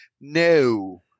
No